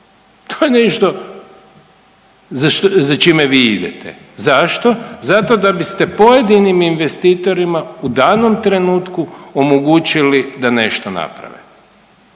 To je nešto za čime vi idete. Zašto? Zato da biste pojedinim investitorima u danom trenutku omogućili da nešto napravi.